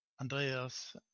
andreas